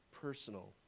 personal